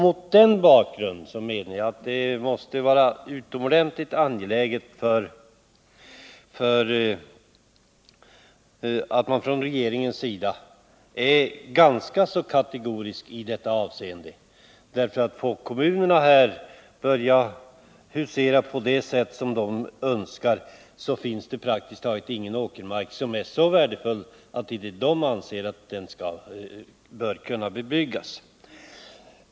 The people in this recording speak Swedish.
Jag menar att det mot den bakgrunden måste vara utomordentligt angeläget att man från regeringens sida är ganska kategorisk i detta avseende, ty om kommunerna får husera på det sätt som de önskar, finns det praktiskt taget ingen åkermark som för dem är så värdefull att den inte bör kunna bebyggas.